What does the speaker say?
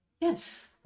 Yes